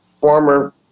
former